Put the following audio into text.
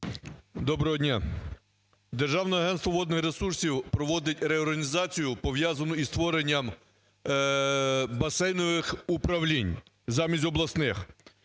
Доброго дня! Державне агентство водних ресурсів проводить реорганізацію, пов'язану із створенням басейнових управлінь замість обласних.